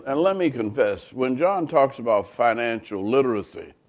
and let me confess. when john talks about financial literacy,